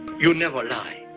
you never lie.